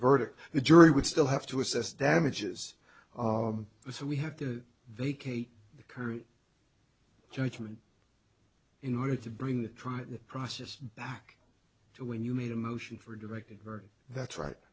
verdict the jury would still have to assess damages so we have to vacate the current judgment in order to bring the trial process back to when you made a motion for directed verdict that's right